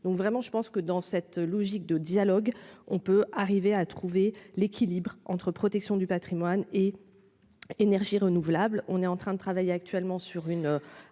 donc vraiment je pense que dans cette logique de dialogue, on peut arriver à trouver l'équilibre entre protection du Patrimoine et énergies renouvelables, on est en train de travailler actuellement sur une